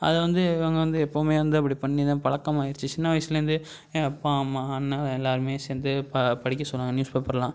அதை வந்து இவங்க வந்து எப்போவுமே வந்து அப்படி பண்ணி தான் பழக்கமாயிடுச்சி சின்ன வயசுலேருந்தே எங்கள் அப்பா அம்மா அண்ணன் எல்லோருமே சேர்ந்து பா படிக்க சொல்வாங்க நியூஸ் பேப்பரெலாம்